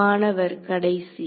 மாணவர் கடைசி